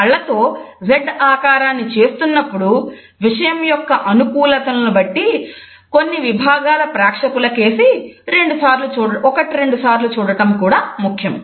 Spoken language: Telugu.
కళ్ళతో Z ఆకారాన్ని చేస్తున్నప్పుడు విషయం యొక్క అనుకూలతను బట్టి కొన్ని విభాగాల ప్రేక్షకులకేసి ఒకటి రెండుసార్లు చూడటం కూడా ముఖ్యం